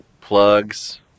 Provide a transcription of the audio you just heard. Plugs